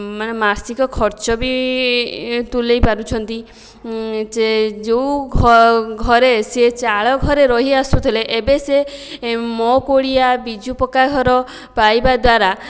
ମାନେ ମାସିକ ଖର୍ଚ୍ଚ ବି ତୁଲାଇ ପାରୁଛନ୍ତି ଯେଉଁ ଘରେ ସେ ଚାଳ ଘରେ ରହି ଆସୁଥିଲେ ଏବେ ସେ ମୋ' କୁଡ଼ିଆ ବିଜୁ ପକ୍କା ଘର ପାଇବା ଦ୍ଵାରା